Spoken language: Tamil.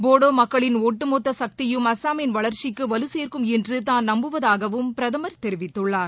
போடோ மக்களின் ஒட்டுமொத்த சக்தியும் அசாமின் வளர்ச்சிக்கு வலுச்சேர்க்கும் என்று தான் நம்புவதாகவும் பிரதமர் தெரிவித்துள்ளார்